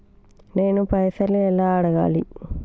నేను పైసలు ఎలా అడగాలి?